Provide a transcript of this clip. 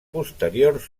posterior